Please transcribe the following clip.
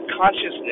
consciousness